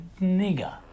nigger